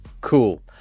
Cool